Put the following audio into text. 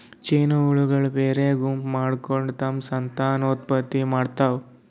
ಜೇನಹುಳಗೊಳ್ ಬ್ಯಾರೆ ಗುಂಪ್ ಮಾಡ್ಕೊಂಡ್ ತಮ್ಮ್ ಸಂತಾನೋತ್ಪತ್ತಿ ಮಾಡ್ತಾವ್